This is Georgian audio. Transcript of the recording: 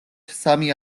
სამი